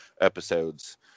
episodes